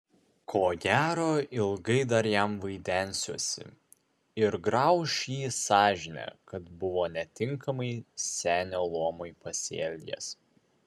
ko gero ilgai dar jam vaidensiuosi ir grauš jį sąžinė kad buvo netinkamai senio luomui pasielgęs